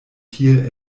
tiel